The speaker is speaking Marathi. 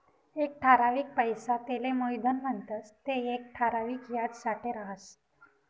एक ठरावीक पैसा तेले मुयधन म्हणतंस ते येक ठराविक याजसाठे राहस